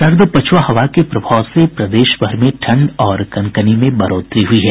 सर्द पछुआ हवा के प्रभाव से प्रदेश भर में ठंड और कनकनी में बढ़ोतरी हुई है